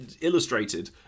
illustrated